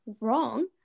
wrong